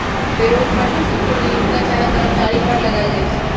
payroll कर हरसठ्ठो नियोक्ता चाहे कर्मचारी पर लगायल जाइ छइ